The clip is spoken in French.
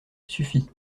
suffit